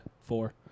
four